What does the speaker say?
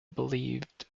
believed